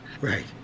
Right